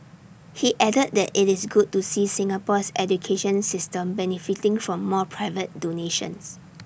he added that IT is good to see Singapore's education system benefiting from more private donations